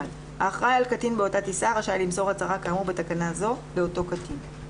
האחראי על קטין באותה טיסה רשאי למסור הצהרה כאמור בתקנה זו לאותו קטין.